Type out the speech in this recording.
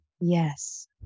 Yes